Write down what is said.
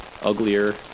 uglier